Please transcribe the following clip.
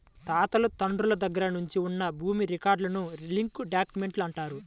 తాతలు తండ్రుల దగ్గర నుంచి ఉన్న భూమి రికార్డులను లింక్ డాక్యుమెంట్లు అంటారు